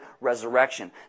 resurrection